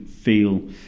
feel